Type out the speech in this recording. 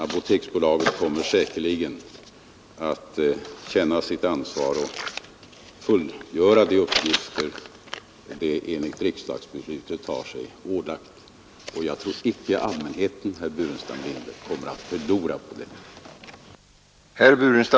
Apoteksbolaget kommer säkerligen att känna sitt ansvar och fullgöra de uppgifter som det enligt riksdagsbeslutet har sig ålagda. Jag tror inte heller att allmänheten kommer att förlora på detta.